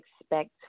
expect